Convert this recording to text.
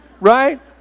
right